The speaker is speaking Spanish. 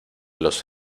los